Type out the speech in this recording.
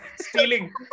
Stealing